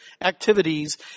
activities